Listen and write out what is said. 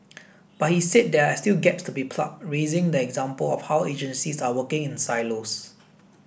but he said there are still gaps to be plugged raising the example of how agencies are working in silos